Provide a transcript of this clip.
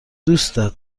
دوستت